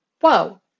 Whoa